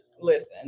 listen